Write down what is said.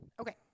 Okay